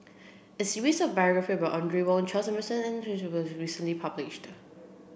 a series of biographies about Audrey Wong Charles Emmerson and Ahmad Jais was recently published